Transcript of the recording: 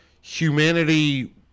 humanity